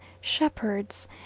shepherds